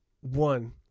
One